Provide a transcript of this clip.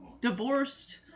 Divorced